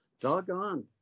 doggone